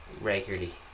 regularly